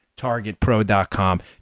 TargetPro.com